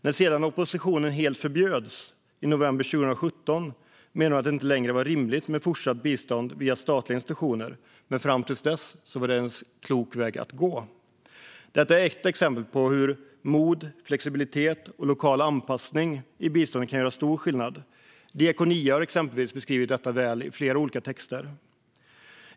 När oppositionen helt förbjöds i november 2017 menade hon att det inte längre var rimligt med fortsatt bistånd via statliga institutioner, men fram till dess var det en klok väg att gå. Detta är ett exempel på hur mod, flexibilitet och lokal anpassning i biståndet kan göra stor skillnad. Diakonia har exempelvis beskrivit detta väl i flera olika texter.